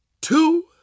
two